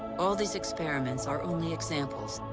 all these experiments are only examples,